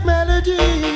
Melody